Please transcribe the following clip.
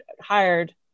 hired